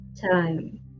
time